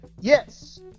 yes